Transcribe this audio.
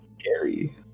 scary